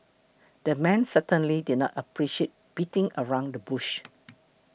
the man certainly did not appreciate beating around the bush